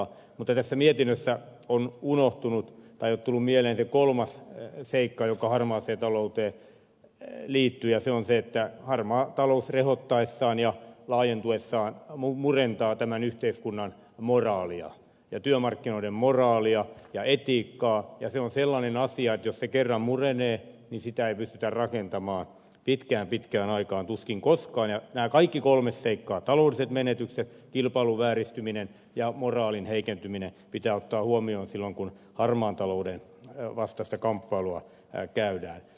mutta tässä mietinnössä on unohtunut tai ei ole tullut mieleen se kolmas seikka joka harmaaseen talouteen liittyy ja se on se että harmaa talous rehottaessaan ja laajentuessaan murentaa tämän yhteiskunnan moraalia ja työmarkkinoiden moraalia ja etiikkaa ja se on sellainen asia että jos se kerran murenee niin sitä ei pystytä rakentamaan pitkään pitkään aikaan tuskin koskaan ja nämä kaikki kolme seikkaa taloudelliset menetykset kilpailun vääristyminen ja moraalin heikentyminen pitää ottaa huomioon silloin kun harmaan talouden vastaista kamppailua käydään